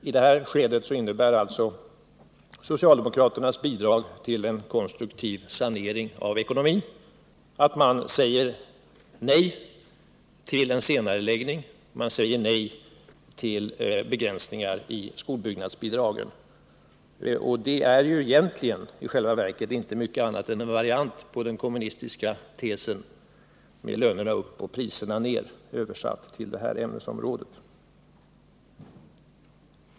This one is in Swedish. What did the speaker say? I detta skede innebär socialdemokraternas bidrag till en konstruktiv sanering av ekonomin att de säger nej till en senareläggning och nej till begränsningar i skolbyggnadsbidragen. Det är i själva verket inte mycket annat än en variant, översatt till detta ämnesområde, av den kommunistiska tesen: lönerna upp och priserna ner.